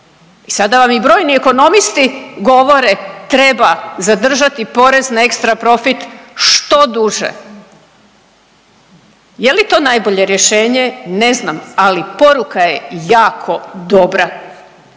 I sada vam i brojni ekonomisti govore treba zadržati porez na ekstra profit što duže. Je li to najbolje rješenje ne znam, ali poruka je jako dobra.